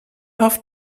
auf